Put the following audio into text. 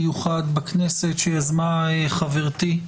יום דיונים מיוחד בכנסת שיזמה חברתי,